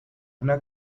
una